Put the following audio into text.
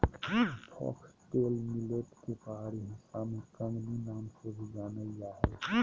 foxtail millet के पहाड़ी हिस्सा में कंगनी नाम से भी जानल जा हइ